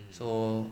so